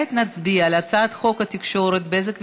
כעת נצביע על הצעת חוק התקשורת (בזק ושידורים)